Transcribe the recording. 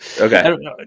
Okay